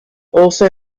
also